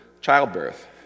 childbirth